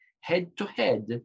head-to-head